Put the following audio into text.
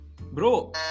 Bro